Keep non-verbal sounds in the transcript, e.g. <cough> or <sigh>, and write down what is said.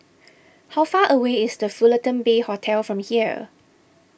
<noise> how far away is the Fullerton Bay Hotel from here